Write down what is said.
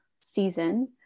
season